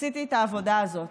עשיתי את העבודה הזאת.